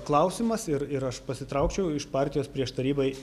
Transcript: klausimas ir ir aš pasitraukčiau iš partijos prieš tarybai